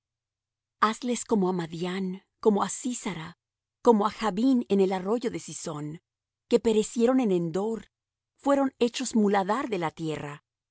hazles como á madián como á sísara como á jabín en el arroyo de cisón que perecieron en endor fueron hechos muladar de la tierra